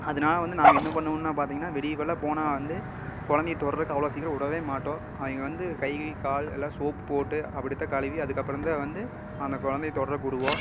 அதனால வந்து நாங்கள் என்ன பண்ணுவோம்னா பார்த்திங்கனா வெளியே வெளில போனால் வந்து குழந்தைய தொடுறதுக்கு அவ்வளோ சீக்கிரம் விடவே மாட்டோம் இங்கே வந்து கை கால் எல்லாம் சோப்பு போட்டு அப்படிதான் கழுவி அதுக்கு அப்புறந்தான் வந்து அந்த குழந்தைய தொடுறதுக்கு விடுவோம்